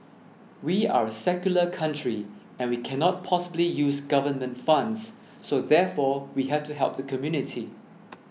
we are a secular country and we cannot possibly use government funds so therefore we have to help the community